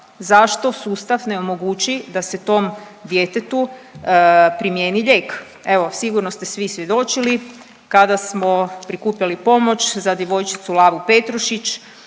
zašto sustav ne omogući da se tom djetetu primijeni lijek? Evo sigurno ste svi svjedočili kada smo prikupljali pomoć za djevojčicu Laru Petrušić